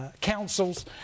councils